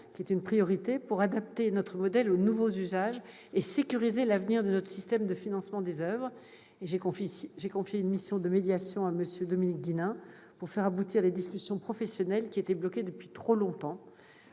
qui est une priorité pour adapter notre modèle aux nouveaux usages et sécuriser l'avenir de notre système de financement des oeuvres. J'ai confié une mission de médiation à M. Dominique D'Hinnin pour faire aboutir les discussions au sein de la profession, qui étaient bloquées depuis trop longtemps.